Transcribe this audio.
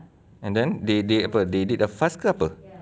and then they they apa they did a fuss ke apa